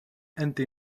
anti